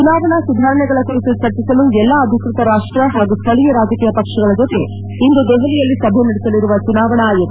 ಚುನಾವಣಾ ಸುಧಾರಣೆಗಳ ಕುರಿತು ಚರ್ಚಿಸಲು ಎಲ್ಲಾ ಅಧಿಕೃತ ರಾಪ್ಷ ಹಾಗೂ ಸ್ಥಳೀಯ ರಾಜಕೀಯ ಪಕ್ಷಗಳ ಜೊತೆ ಇಂದು ದೆಹಲಿಯಲ್ಲಿ ಸಭೆ ನಡೆಸಲಿರುವ ಚುನಾವಣಾ ಆಯೋಗ